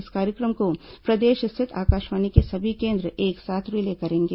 इस कार्यक्रम को प्रदेश स्थित आकाशवाणी के सभी केन्द्र एक साथ रिले करेंगे